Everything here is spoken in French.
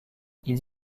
ils